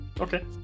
okay